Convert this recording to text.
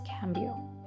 Cambio